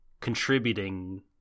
contributing